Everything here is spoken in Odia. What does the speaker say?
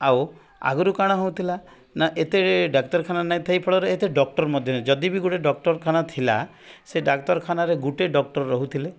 ଆଉ ଆଗରୁ କ'ଣ ହେଉଥିଲା ନା ଏତେ ଡାକ୍ତରଖାନା ନଥାଇ ଫଳରେ ଏତେ ଡକ୍ଟର ମଧ୍ୟରେ ଯଦି ବି ଗୋଟେ ଡାକ୍ତରଖାନା ଥିଲା ସେ ଡାକ୍ତରଖାନାରେ ଗୋଟେ ଡକ୍ଟର ରହୁଥିଲେ